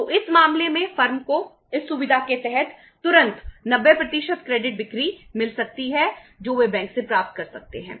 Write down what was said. तो इस मामले में फर्म को इस सुविधा के तहत तुरंत 90 क्रेडिट बिक्री मिल सकती है जो वे बैंक से प्राप्त कर सकते हैं